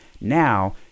Now